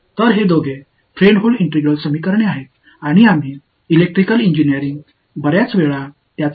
எனவே இவை இரண்டும் ஃப்ரெட்ஹோம் ஒருங்கிணைந்த சமன்பாடுகள் மற்றும் நாம் மின் பொறியியல் இந்த பல முறை முழுவதும் வருகிறது